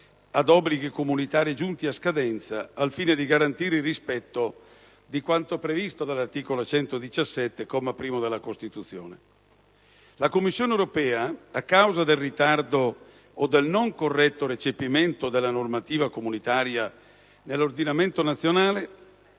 ad obblighi comunitari giunti a scadenza, al fine di garantire il rispetto di quanto previsto dall'articolo 117, comma primo, della Costituzione. La Commissione europea, a causa del ritardo o del non corretto recepimento della normativa comunitaria nell'ordinamento nazionale,